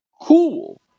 cool